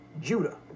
Judah